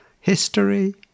history